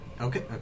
Okay